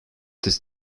this